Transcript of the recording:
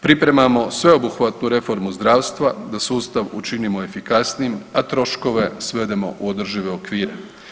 Pripremamo sveobuhvatnu reformu zdravstva, da sustav učinimo efikasnijim, a troškove svedemo u održive okvire.